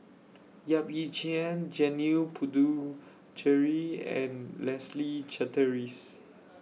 Yap Ee Chian Janil Puthucheary and Leslie Charteris